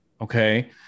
Okay